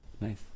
Nice